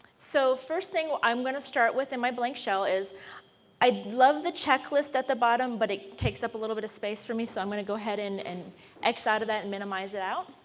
so first thing but i am going to start within my blank shell is i love the checklist at the bottom, but it takes up a little bit of space for me, so i am going to go ahead and and x out of it and minimize it out.